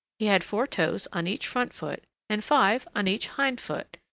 he had four toes on each front foot and five on each hind foot,